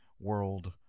world